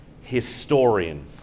historian